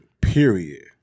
period